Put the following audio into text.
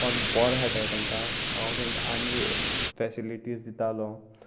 कोण बरो खेळटाय तांकां हांव तांकां आनी फेसिलिटीज दितालो